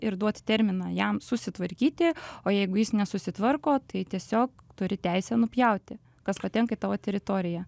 ir duot terminą jam susitvarkyti o jeigu jis nesusitvarko tai tiesiog turi teisę nupjauti kas patenka į tavo teritoriją